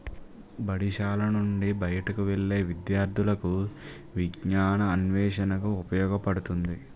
బడిశాల నుంచి బయటకు వెళ్లే విద్యార్థులకు విజ్ఞానాన్వేషణకు ఉపయోగపడుతుంది